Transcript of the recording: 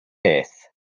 peth